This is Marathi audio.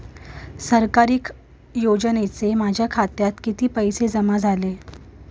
सरकारी योजनेचे माझ्या खात्यात किती पैसे जमा झाले?